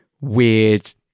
weird